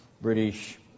British